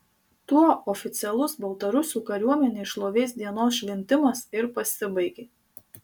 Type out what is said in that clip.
tuo oficialus baltarusių kariuomenės šlovės dienos šventimas ir pasibaigė